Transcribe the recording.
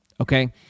okay